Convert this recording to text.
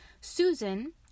Susan